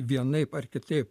vienaip ar kitaip